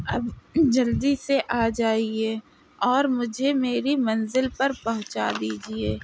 اب جلدی سے آ جائیے اور مجھے میری منزل پر پہنچا دیجیے